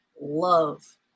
love